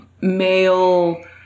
male